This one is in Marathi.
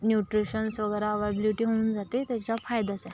न्यूट्रिशन्स वगैरे एवाबलीटी होऊन जाते त्याच्या फायद्याचं आहे